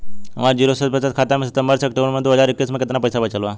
हमार जीरो शेष बचत खाता में सितंबर से अक्तूबर में दो हज़ार इक्कीस में केतना पइसा बचल बा?